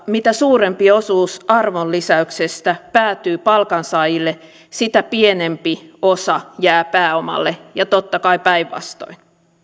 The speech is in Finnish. mitä suurempi osuus arvonlisäyksestä päätyy palkansaajille sitä pienempi osa jää pääomalle ja totta kai päinvastoin